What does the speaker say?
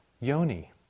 yoni